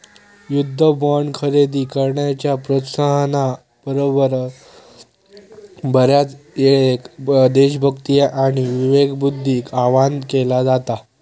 युद्ध बॉण्ड खरेदी करण्याच्या प्रोत्साहना बरोबर, बऱ्याचयेळेक देशभक्ती आणि विवेकबुद्धीक आवाहन केला जाता